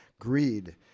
greed